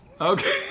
Okay